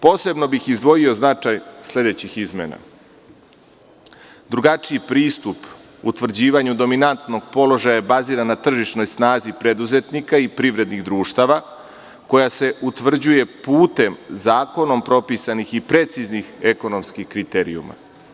Posebno bih izdvojio značaj sledećih izmena: drugačiji pristup utvrđivanju dominantnog položaja baziran na tržišnoj snazi preduzetnika i privrednih društava, koja se utvrđuje putem zakonom propisanih i preciznih ekonomskih kriterijuma.